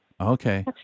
Okay